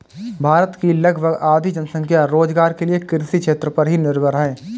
भारत की लगभग आधी जनसंख्या रोज़गार के लिये कृषि क्षेत्र पर ही निर्भर है